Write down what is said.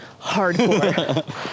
Hardcore